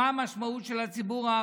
אני מציע לכם לבדוק מה המשמעות לציבור הערבי.